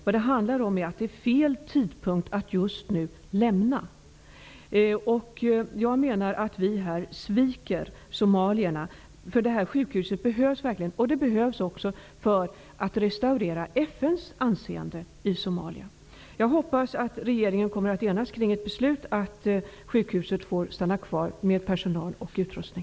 Det hela handlar om att det är fel tidpunkt att just nu lämna Somalia. Jag menar att vi här sviker somalierna. Sjukhuset behövs verkligen. Det behövs för att restaurera FN:s anseende i Somalia. Jag hoppas att regeringen kommer att enas kring ett beslut att sjukhuset får stanna kvar med personal och utrustning.